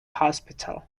hospital